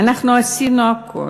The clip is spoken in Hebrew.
אנחנו עשינו הכול,